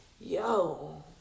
yo